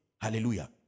Hallelujah